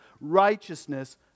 righteousness